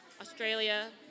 Australia